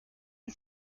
and